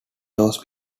those